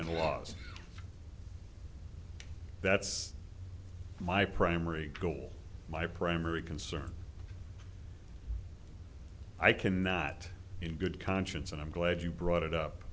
and laws that's my primary goal my primary concern i cannot in good conscience and i'm glad you brought it up